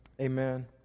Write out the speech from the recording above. Amen